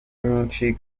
nyinshi